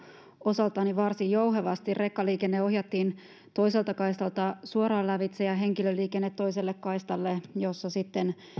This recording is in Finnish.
osaltani varsin jouhevasti rekkaliikenne ohjattiin toiselta kaistalta suoraan lävitse ja henkilöliikenne toiselle kaistalle jossa sitten